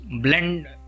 blend